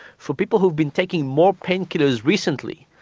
for people who had been taking more pain killers recently,